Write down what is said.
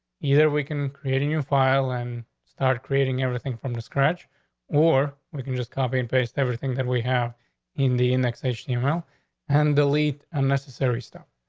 either we can create a new file and start creating everything from the scratch or we can just copy and paste everything that we have in the indexation email and delete unnecessary stuff.